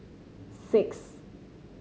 six